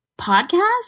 podcast